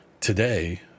today